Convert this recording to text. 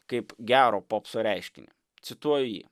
kaip gero popso reiškinį cituoju jį